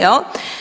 Jel'